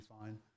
fine